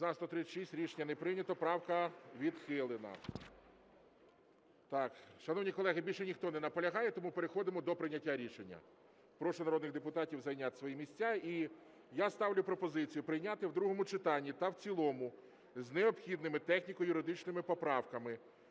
За-136 Рішення не прийнято. Правка відхилена. Шановні колеги, більше ніхто не наполягає, тому переходимо до прийняття рішення. Прошу народних депутатів зайняти свої місця. І я ставлю пропозицію: прийняти в другому читанні та в цілому з необхідними техніко-юридичними поправками